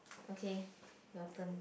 okay your turn